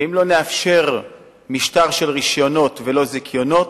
ואם לא נאפשר משטר של רשיונות ולא זיכיונות,